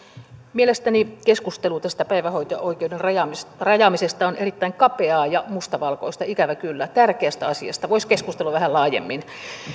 mielestäni keskustelu tästä päivähoito oikeuden rajaamisesta rajaamisesta on erittäin kapeaa ja mustavalkoista ikävä kyllä tärkeästä asiasta voisi keskustella vähän laajemmin